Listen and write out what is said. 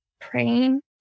praying